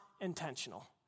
intentional